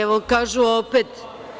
Evo, kažu - opet.